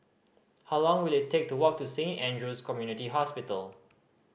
how long will it take to walk to Saint Andrew's Community Hospital